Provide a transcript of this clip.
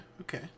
Okay